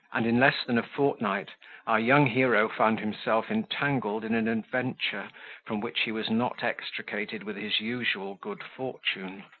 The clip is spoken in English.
and in less than a fortnight our young hero found himself entangled in an adventure from which he was not extricated with his usual good fortune.